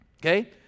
okay